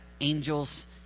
angels